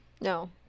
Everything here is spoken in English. no